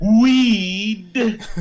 weed